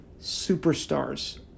superstars